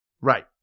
Right